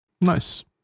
Nice